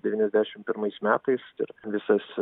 devyniasdešimt pirmais metais ir visas